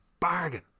bargain